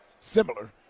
similar